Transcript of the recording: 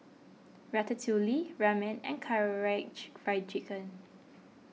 Ratatouille Ramen and Karaage Fried Chicken